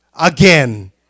again